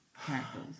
characters